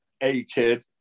A-Kid